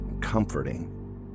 comforting